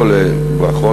קודם כול, ברכות.